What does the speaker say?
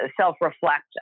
self-reflect